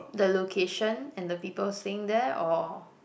the location and the people staying there or